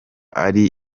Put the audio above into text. ari